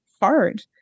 hard